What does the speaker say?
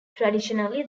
traditionally